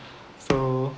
so